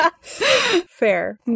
Fair